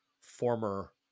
former